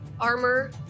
armor